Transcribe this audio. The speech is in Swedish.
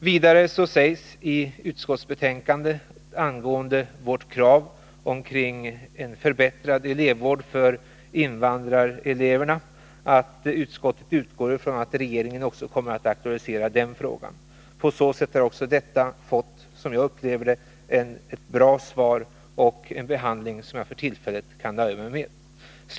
Vidare sägs i utskottsbetänkandet angående vårt krav på förbättrad elevvård för invandrareleverna, att utskottet utgår från att regeringen också kommer att aktualisera den frågan. På så sätt har också detta krav fått, som jag upplever det, ett bra svar och en behandling som jag för tillfället kan nöja mig med.